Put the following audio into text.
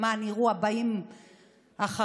למען יראו הבאים אחריו